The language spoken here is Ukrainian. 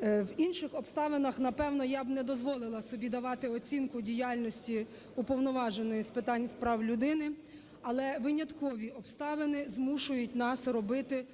В інших обставинах, напевно, я б не дозволила собі давати оцінку діяльності Уповноваженої з питань з прав людини, але виняткові обставини змушують нас робити